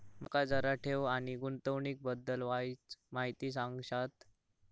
माका जरा ठेव आणि गुंतवणूकी बद्दल वायचं माहिती सांगशात?